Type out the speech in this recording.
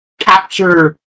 capture